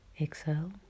exhale